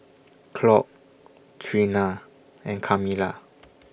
Claud Treena and Camilla